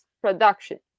production